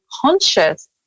conscious